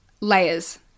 layers